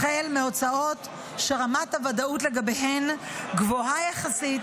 החל מהוצאות שרמת הוודאות לגביהן גבוהה יחסית